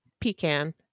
Pecan